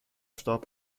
starb